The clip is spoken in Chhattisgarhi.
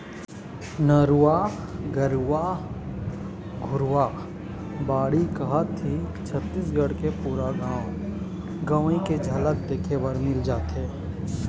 नरूवा, गरूवा, घुरूवा, बाड़ी कहत ही छत्तीसगढ़ के पुरा गाँव गंवई के झलक देखे बर मिल जाथे